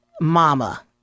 mama